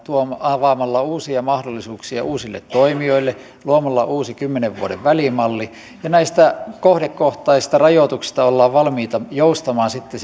avaamalla uusia mahdollisuuksia uusille toimijoille luomalla uusi kymmenen vuoden välimalli ja näistä kohdekohtaisista rajoituksista ollaan valmiita joustamaan sitten